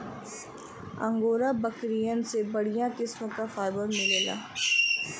angora बकरियन से बढ़िया किस्म क फाइबर मिलला